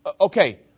Okay